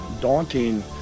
daunting